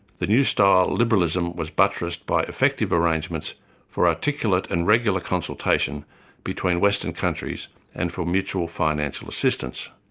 the new style liberalism was buttressed by effective arrangements for articulate and regular consultation between western countries and for mutual financial assistance'.